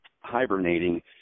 hibernating